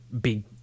big